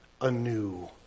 Anew